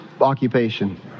occupation